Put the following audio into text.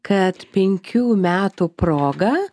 kad penkių metų proga